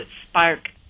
spark